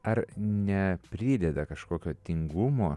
ar neprideda kažkokio tingumo